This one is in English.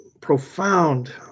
profound